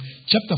chapter